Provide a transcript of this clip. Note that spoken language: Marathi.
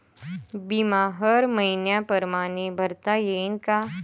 बिमा हर मइन्या परमाने भरता येऊन का?